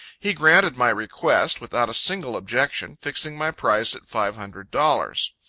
he granted my request, without a single objection, fixing my price at five hundred dollars.